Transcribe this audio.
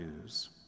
news